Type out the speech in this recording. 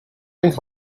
coming